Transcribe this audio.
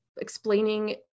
explaining